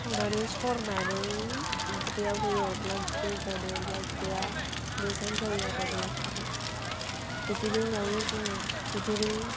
सावनानै सरनानै ओंख्रियाव होयो अनला ओंख्रि होनबानो अनला ओंख्रिया मोजां जायो आरो अनला खारै बिदिनो जायो जोङो बिदिनो